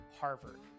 Harvard